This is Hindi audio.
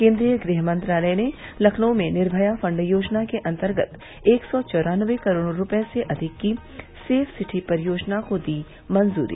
केन्द्रीय गृहमंत्रालय ने लखनऊ में निर्मया फंड योजना के अन्तर्गत एक सौ चौरानवें करोड़ रूपये से अधिक की सेफ सिटी परियोजना को दी मंजूरी